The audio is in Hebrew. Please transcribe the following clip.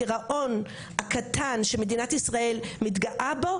הגירעון הקטן שמדינת ישראל מתגאה בו,